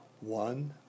one